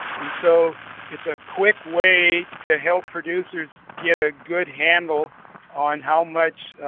and so it's a quick way to help producers get a good handle on how much